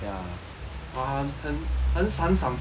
很很闪闪发亮